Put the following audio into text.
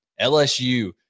LSU